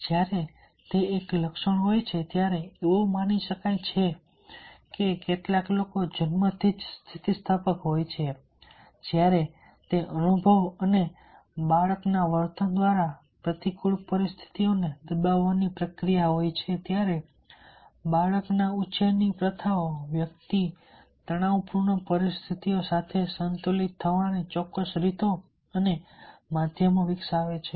જ્યારે તે એક લક્ષણ હોય છે ત્યારે એવું માની શકાય છે કે કેટલાક લોકો જન્મથી જ સ્થિતિસ્થાપક હોય છે જ્યારે તે અનુભવ અને બાળકના વર્તન દ્વારા પ્રતિકૂળ પરિસ્થિતિઓને દબાવવાની પ્રક્રિયા હોય છે ત્યારે બાળકના ઉછેરની પ્રથાઓ વ્યક્તિ તણાવપૂર્ણ પરિસ્થિતિઓ સાથે સંતુલિત થવાની ચોક્કસ રીતો અને માધ્યમો વિકસાવે છે